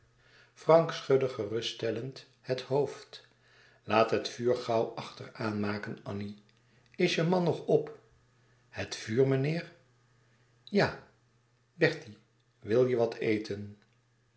frank schudde geruststellend het hoofd laat het vuur gauw achter aanmaken annie is je man nog op het vuur meneer ja bertie wil je wat eten